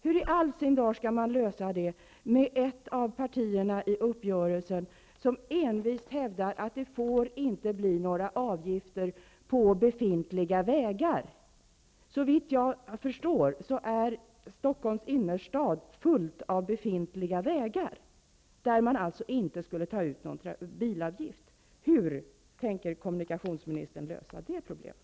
Hur i all sin dar skall man lösa denna fråga, när ett av partierna som har varit med om uppgörelsen envist hävdar att det inte får bli några avgifter på befintliga vägar. Såvitt jag förstår är Stockholms innerstad full av befintliga vägar där man alltså inte skulle ta ut någon bilavgift. Hur tänker kommunikationsministern lösa det problemet?